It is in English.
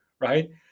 right